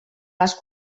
les